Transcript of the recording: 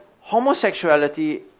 homosexuality